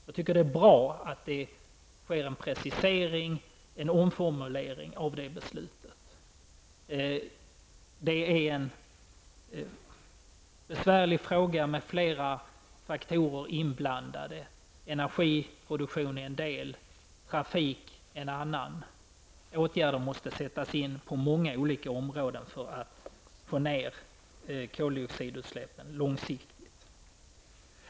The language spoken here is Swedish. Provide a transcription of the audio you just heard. Jag tycker att det är bra att det sker en precisering och en omformulering av detta beslut. Det är en besvärlig fråga med flera faktorer inblandade: energi, produktion, trafik. Åtgärder måste sättas in på många olika områden för att långsiktigt få ned koldioxidutsläppen.